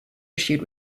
issued